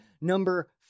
number